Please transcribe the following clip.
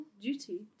duty